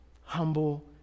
Humble